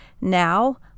now